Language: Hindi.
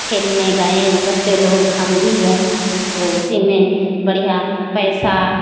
खेलने गए बच्चे लोग हम भी गए तो उसी में बढ़िया पैसा